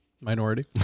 minority